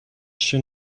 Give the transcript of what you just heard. schön